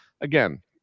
again